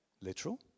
Literal